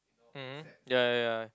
um hmm ya ya ya